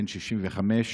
בן 65,